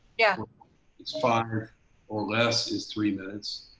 yeah it's five or less, it's three minutes,